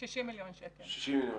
מיליון שקל.